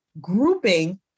grouping